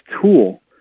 tool